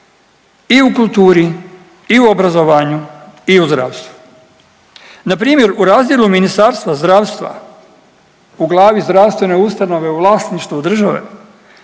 i u kulturi, i u obrazovanju i u zdravstvu. Npr. u razdjelu Ministarstva zdravstva u glavi zdravstvene ustanove u vlasništvu države